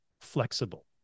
flexible